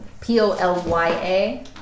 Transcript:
P-O-L-Y-A